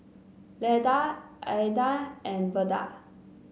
Leda Aedan and Verda